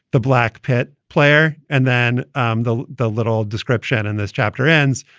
the black pit player. and then um the the little description in this chapter ends.